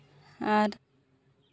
ᱟᱨ